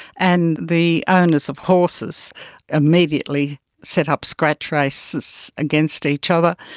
and the owners of horses immediately set up scratch races against each other.